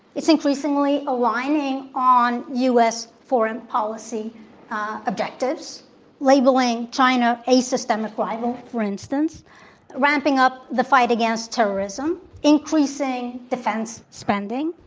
it's increasingly aligning on u. s. foreign policy objectives labeling china a systemic rival, for instance ramping up the fight against terrorism increasing defense spending.